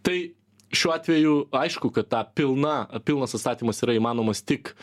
tai šiuo atveju aišku kad ta pilna pilnas atstatymas yra įmanomas tik